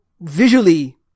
visually